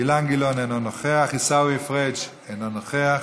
אילן גילאון, אינו נוכח, עיסאווי פריג' אינו נוכח,